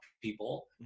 people